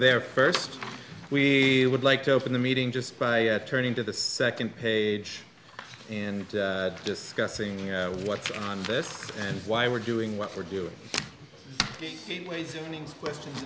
there first we would like to open the meeting just by turning to the second page and discussing what's on this and why we're doing what we're doing the ways and means question